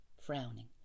frowning